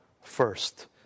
first